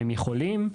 הם יכולים.